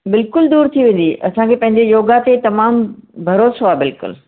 बिल्कुल दूर थी वेंदी असां खे पंहिंजे योगा ते तमाम भरोसो आहे बिल्कुल